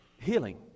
healing